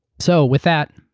so with that,